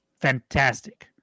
Fantastic